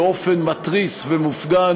באופן מתריס ומופגן,